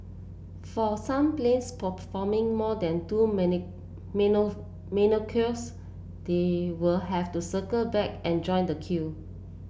for some planes performing more than two they will have to circle back and join the queue